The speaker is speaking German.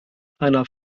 einer